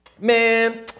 Man